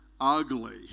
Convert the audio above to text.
ugly